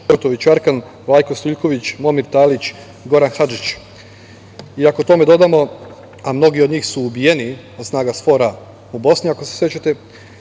ako tome dodamo, a mnogi od njih su ubijeni od snaga SFORA u Bosni, ako se sećate,